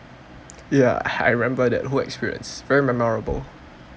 ya I remember that whole experience very memorable